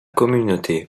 communauté